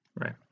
Right